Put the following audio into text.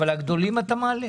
אבל על הגדולים אתה מעלה?